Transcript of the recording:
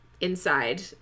inside